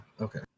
okay